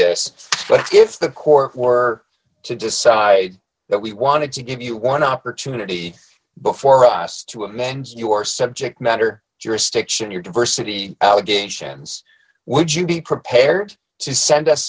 this but if the court were to decide that we wanted to give you one opportunity before us to amend your subject matter jurisdiction your diversity allegations would you be prepared to send us